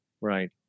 Right